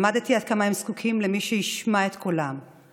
למדתי עד כמה הם זקוקים למי שישמע את קולם,